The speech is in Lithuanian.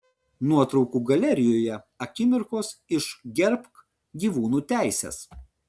nuotraukų galerijoje akimirkos iš gerbk gyvūnų teises